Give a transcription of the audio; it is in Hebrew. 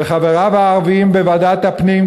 וחבריו הערבים בוועדת הפנים.